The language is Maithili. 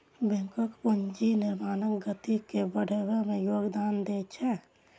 बैंक पूंजी निर्माणक गति के बढ़बै मे योगदान दै छै